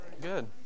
Good